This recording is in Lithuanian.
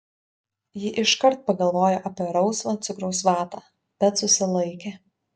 ji iškart pagalvojo apie rausvą cukraus vatą bet susilaikė